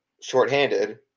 shorthanded